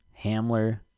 Hamler